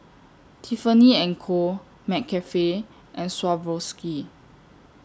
Tiffany and Co McCafe and Swarovski